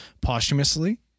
posthumously